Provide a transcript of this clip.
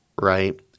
right